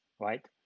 right